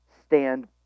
stand